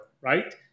right